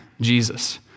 Jesus